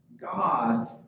God